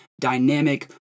dynamic